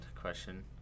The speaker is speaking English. question